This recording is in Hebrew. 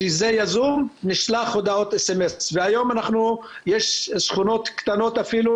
כשזה יזום נשלח הודעות SMS. היום יש שכונות קטנות אפילו,